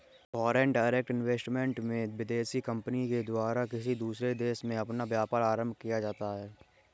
foreign direct investment में विदेशी company के द्वारा किसी दूसरे देश में अपना व्यापार आरंभ किया जाता है